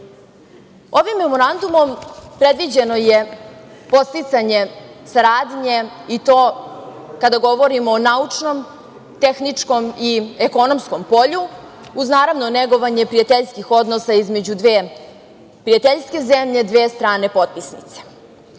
memorandumom predviđeno je podsticanje saradnje, i to kada govorimo o naučnom, tehničkom i ekonomskom polju, naravno, uz negovanje prijateljskih odnosa između dve prijateljske zemlje, dve strane potpisnice.